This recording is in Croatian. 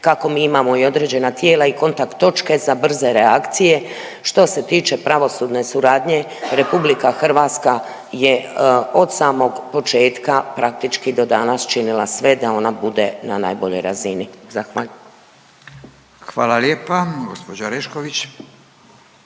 kako mi imamo i određena tijela i kontakt točke za brze reakcije. Što se tiče pravosudne suradnje RH je od samog početka praktički do danas činila sve da ona bude na najboljoj razini. Zahvaljujem. **Radin, Furio